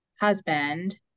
husband